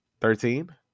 Thirteen